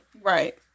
Right